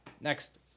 Next